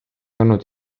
olnud